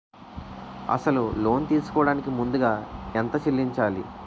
అసలు లోన్ తీసుకోడానికి ముందుగా ఎంత చెల్లించాలి?